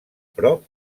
prop